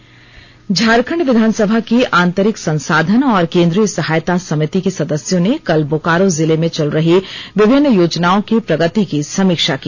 समिति झारखंड विधानसभा की आंतरिक संसाधन और केंद्रीय सहायता समिति के सदस्यों ने कल बोकारो जिले में चल रही विभिन्न योजनाओं के प्रगति की समीक्षा की